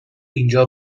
اینجا